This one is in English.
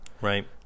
Right